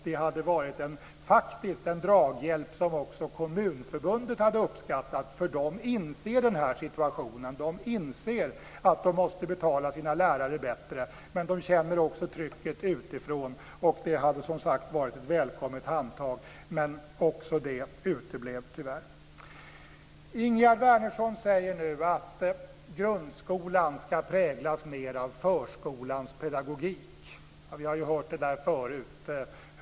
Det hade faktiskt varit en draghjälp som också Kommunförbundet skulle ha uppskattat, för de inser situationen. De inser att de måste betala sina lärare bättre men de känner också trycket utifrån. Det hade, som sagt, varit ett välkommet handtag men också det uteblev tyvärr. Ingegerd Wärnersson säger nu att grundskolan mer ska präglas av förskolans pedagogik. Vi har hört det där förut.